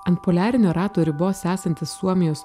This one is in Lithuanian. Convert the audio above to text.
ant poliarinio rato ribos esantis suomijos